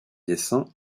dessin